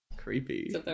creepy